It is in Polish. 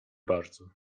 bardzo